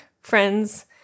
friends